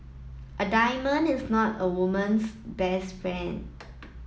a diamond is not a woman's best friend